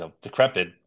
decrepit